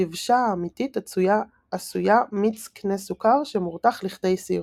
הדבשה האמיתית עשויה מיץ קנה סוכר שמורתח לכדי סירופ.